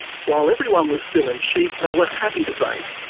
while everyone was still in sheep, they were happy to bait,